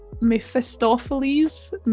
Mephistopheles